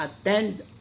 attend